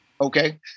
Okay